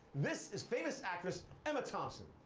this is famous actress, emma thompson.